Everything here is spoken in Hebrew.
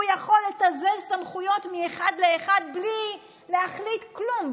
הוא יכול לתזז סמכויות מאחד לאחד בלי להחליט כלום,